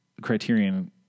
Criterion